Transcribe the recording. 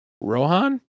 Rohan